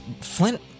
Flint